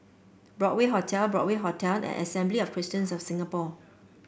Broadway Hotel Broadway Hotel and Assembly of Christians of Singapore